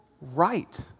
right